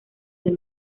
del